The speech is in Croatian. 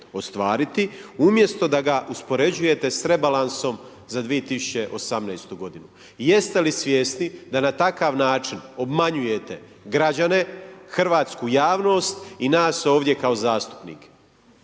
ostvariti umjesto da ga uspoređuje s rebalansom za 2018. godinu? Jeste li svjesni da na takav način obmanjujete građane, hrvatsku javnost i nas ovdje kao zastupnike?